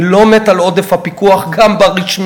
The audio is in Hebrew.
אני לא מת על עודף הפיקוח, גם ברשמי.